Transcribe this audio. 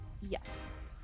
Yes